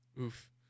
Oof